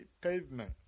pavement